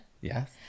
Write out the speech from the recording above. Yes